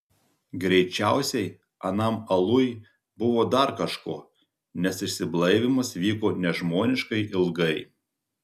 greičiausiai anam aluj buvo dar kažko nes išsiblaivymas vyko nežmoniškai ilgai